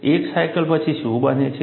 એક સાયકલ પછી શું બને છે